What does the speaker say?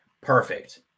perfect